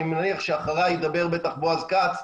אני מניח שאחריי ידבר בטח בועז כץ,